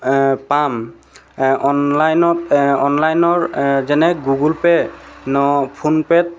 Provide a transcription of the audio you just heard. পাম অ' অনলাইনত অ' অনলাইনৰ যেনে গুগল পে' ফোনপে'ত